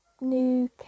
new